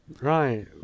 Right